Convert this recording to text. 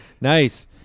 Nice